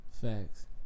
Facts